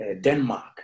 Denmark